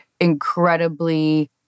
incredibly